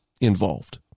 involved